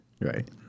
right